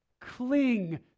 Cling